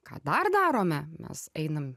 ką dar darome mes einam